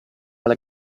alla